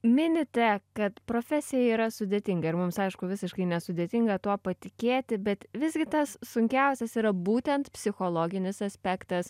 minite kad profesija yra sudėtinga ir mums aišku visiškai nesudėtinga tuo patikėti bet visgi tas sunkiausias yra būtent psichologinis aspektas